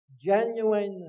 Genuineness